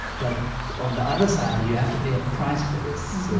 but on the other side, you have to pay a price for this.